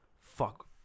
fuck